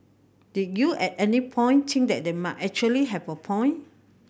did you at any point think that they might actually have a point